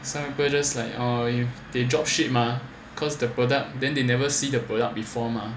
some people just like oh they drop ship mah cause the product then they never see the product before mah